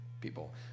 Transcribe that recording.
people